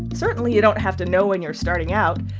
certainly, you don't have to know when you're starting out.